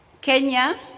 Kenya